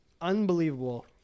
unbelievable